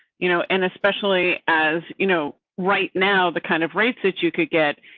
you know and especially as, you know, right now, the kind of rates that you could get,